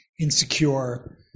insecure